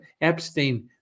Epstein